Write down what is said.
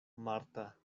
marta